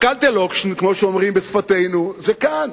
"קאלטע לוקשן", כמו שאומרים בשפתנו, זה כאן.